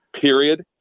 Period